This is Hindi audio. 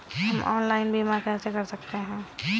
हम ऑनलाइन बीमा कैसे कर सकते हैं?